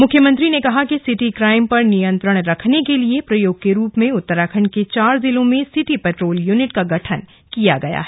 मुख्यमंत्री ने कहा की सिटी क्राइम पर नियन्त्रण के उद्देश्य से प्रयोग के रूप में उत्तराखण्ड के चार जिलों में सीटी पेट्रोल यूनिट का गठन किया गया है